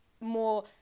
more